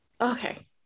Okay